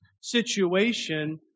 situation